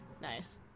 Nice